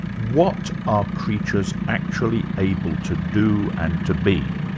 what are creatures actually able to do and to be?